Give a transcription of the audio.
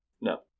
No